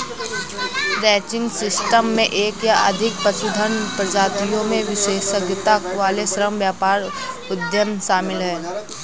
ranching system में एक या अधिक पशुधन प्रजातियों में विशेषज्ञता वाले श्रम व्यापक उद्यम शामिल हैं